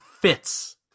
fits